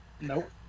Nope